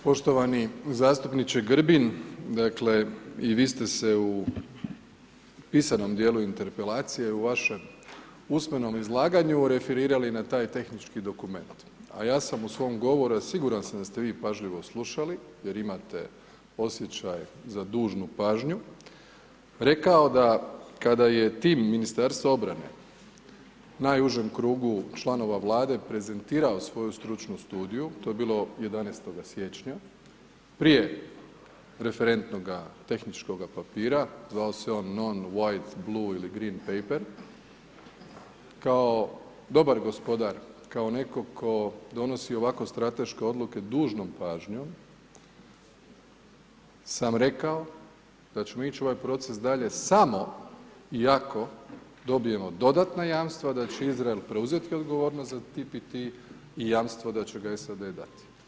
Poštovani zastupniče Grbin dakle i vi ste se u pisanom dijelu interpelacije u vašem usmenom izlaganju referirali na taj tehnički dokument, a ja sam u svom govoru, a siguran sam da ste vi pažljivo slušali jer imate osjećaj za dužnu pažnju rekao da kada je tim Ministarstva obrane najužem krugu članova Vlade prezentirao svoju stručnu studiju to je bilo 11. siječnja prije referentnoga tehničkoga papira zvao se on noen withe blue ili green paper kao dobar gospodar kao netko tko donosi ovakve strateške odluke s dužnom pažnjom sam rekao da ćemo ići u ovaj proces dalje samo i ako dobijemo dodatne jamstva da će Izrael preuzeti odgovornost za TPT i jamstvo da će ga SAD dati.